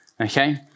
Okay